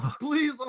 please